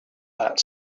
that